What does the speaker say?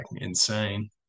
insane